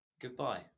goodbye